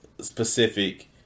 specific